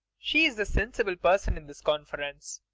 she's the sensible person in this conference.